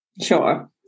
Sure